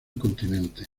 continente